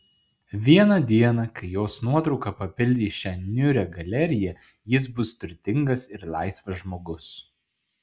vieną dieną kai jos nuotrauka papildys šią niūrią galeriją jis bus turtingas ir laisvas žmogus